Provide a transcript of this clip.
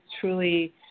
truly